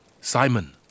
Simon